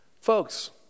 Folks